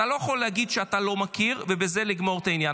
אתה לא יכול להגיד שאתה לא מכיר ובזה לגמור את העניין,